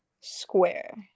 square